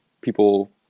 people